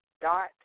dot